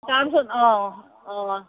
তাৰপিছত অঁ অঁ